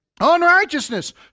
Unrighteousness